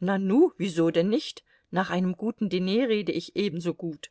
nanu wieso denn nicht nach einem guten diner rede ich ebenso gut